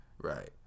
right